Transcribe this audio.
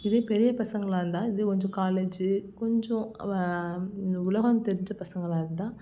இதே பெரிய பசங்களாக இருந்தால் இது கொஞ்சம் காலேஜ் கொஞ்சம் உலகம் தெரிஞ்ச பசங்களாக இருந்தால்